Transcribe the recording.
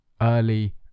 early